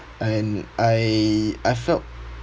and I I felt